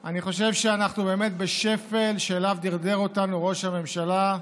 אני חושב שאנחנו באמת בשפל שאליו דרדר אותנו ראש הממשלה.